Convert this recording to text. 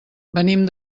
venim